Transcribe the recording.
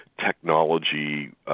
technology